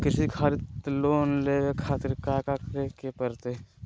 कृषि खातिर लोन लेवे खातिर काका करे की परतई?